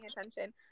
attention